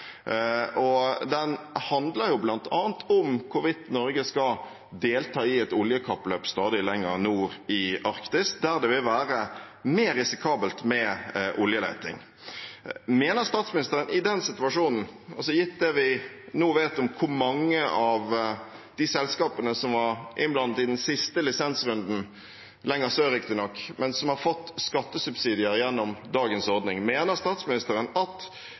Den handler bl.a. om hvorvidt Norge skal delta i et oljekappløp stadig lenger nord i Arktis, der det vil være mer risikabelt med oljeleting. I den situasjonen – altså gitt det vi nå vet om hvor mange av de selskapene som var innblandet i den siste lisensrunden, riktignok lenger sør, men som har fått skattesubsidier gjennom dagens ordning – mener statsministeren at